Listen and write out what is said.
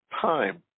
time